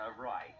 right